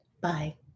Bye